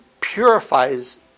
purifies